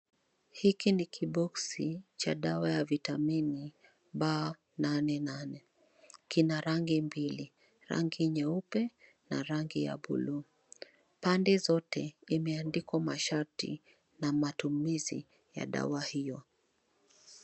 Hiki ni kiboxi cha dawa la vitamini B88 kina rangi mbili rangi nyeupe na rangi ya bluu pande zote limeandikwa masharti na matumizi ya dawa hiyo.